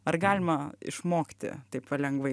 ar galima išmokti taip lengvai